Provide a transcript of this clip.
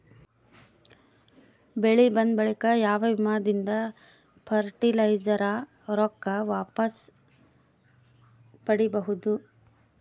ಬೆಳಿ ಬಂದ ಬಳಿಕ ಯಾವ ವಿಮಾ ದಿಂದ ಫರಟಿಲೈಜರ ರೊಕ್ಕ ವಾಪಸ್ ಪಡಿಬಹುದು?